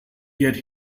get